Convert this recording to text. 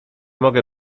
mogę